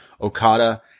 Okada